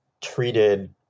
treated